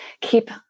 keep